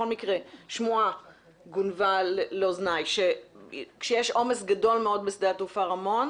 שמועה גונבה לאוזניי שכשיש עומס גדול מאוד בשדה התעופה רמון,